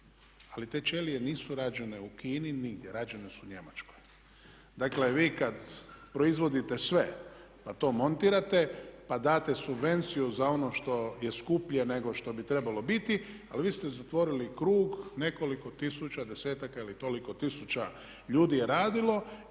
Ali te ćelije nisu rađene u Kini, nigdje, rađene su u Njemačkoj. Dakle, vi kad proizvodite sve, pa to montirate, pa date subvenciju za ono što je skuplje nego što bi trebalo biti. Ali vi ste zatvorili krug nekoliko tisuća, desetaka ili toliko tisuća ljudi je radilo i